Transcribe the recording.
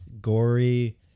gory